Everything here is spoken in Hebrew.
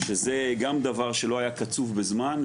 שזה גם דבר שלא היה קצוב בזמן.